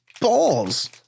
balls